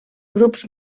grups